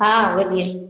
हाँ बोलिए